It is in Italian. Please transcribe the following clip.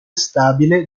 stabile